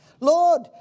Lord